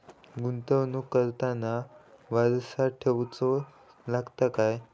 गुंतवणूक करताना वारसा ठेवचो लागता काय?